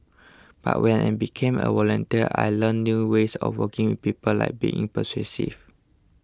but when I became a volunteer I learnt new ways of working with people like being persuasive